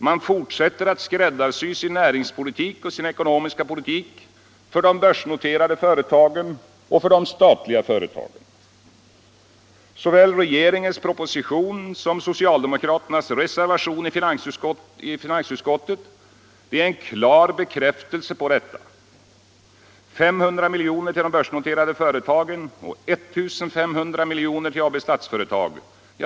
Man fortsätter att skräddarsy sin näringspolitik och sin ekonomiska politik för de börsnoterade företagen och för de statliga företagen. Såväl regeringens proposition som socialdemokraternas reservation i finansutskottet är en klar bekräftelse på detta: 500 milj.kr. till de börsnoterade företagen och 1 500 milj.kr. till AB Statsföretag.